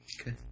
Okay